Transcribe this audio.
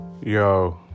Yo